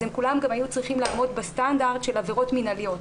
כולם היו צריכים לעמוד בסטנדרט של עבירות מינהליות,